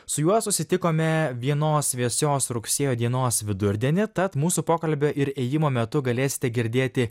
su juo susitikome vienos vėsios rugsėjo dienos vidurdienį tad mūsų pokalbio ir ėjimo metu galėsite girdėti